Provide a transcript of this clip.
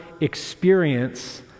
experience